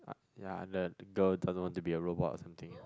ya the the girl doesn't want to be a robot or something